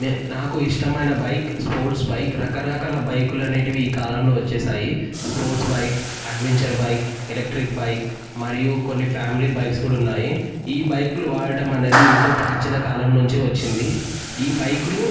నే నాకు ఇష్టమైన బైక్ స్పోర్ట్స్ బైక్ రకరకాల బైకులు అనేవి ఈ కాలంలో వచ్చాయి sports bike adventure bike electric bike మరియు కొన్ని ఫ్యామిలీ బైక్స్ కూడా ఉన్నాయి ఈ బైకులు వాడటం అనేది ఎంతో ప్రాచీన కాలం నుంచి వచ్చింది ఈ బైకులు